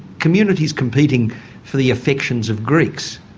communities competing for the affections of greeks.